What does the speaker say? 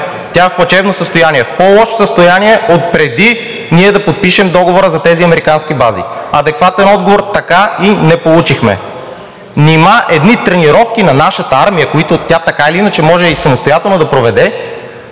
тя е в плачевно състояние, в по-лошо състояние отпреди ние да подпишем договора за тези американски бази? Адекватен отговор така и не получихме. Нима едни тренировки на нашата армия, които тя така или иначе може и самостоятелно да проведе,